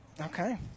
Okay